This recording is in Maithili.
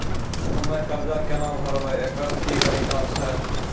हम्मय कर्जा केना भरबै, एकरऽ की तरीका छै?